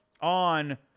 on